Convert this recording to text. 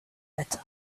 better